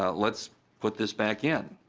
ah let's put this back in.